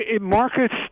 Markets